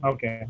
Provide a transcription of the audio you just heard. Okay